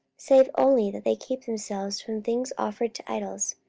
save only that they keep themselves from things offered to idols,